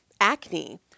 acne